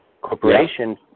corporation